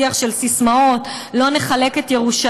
שיח של ססמאות: "לא נחלק את ירושלים"